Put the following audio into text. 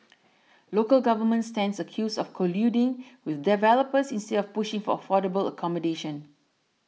local government stands accused of colluding with developers instead of pushing for affordable accommodation